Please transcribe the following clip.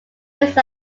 use